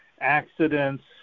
accidents